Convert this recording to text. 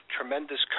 tremendous